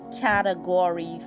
Category